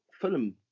Fulham